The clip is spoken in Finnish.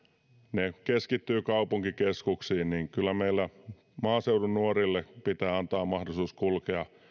ne keskittyvät kaupunkikeskuksiin ja kyllä meidän maaseudun nuorille pitää antaa mahdollisuus kulkea